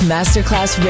Masterclass